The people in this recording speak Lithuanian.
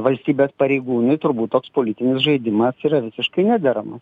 valstybės pareigūnui turbūt toks politinis žaidimas yra visiškai nederama